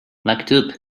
maktub